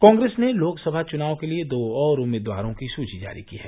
कांग्रेस ने लोकसभा चुनाव के लिए दो और उम्मीदवारों की सूची जारी की है